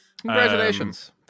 Congratulations